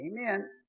Amen